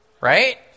Right